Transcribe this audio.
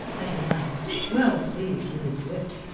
and he laughed, well pleased with his wit.